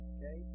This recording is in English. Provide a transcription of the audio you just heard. Okay